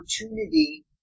opportunity